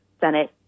Senate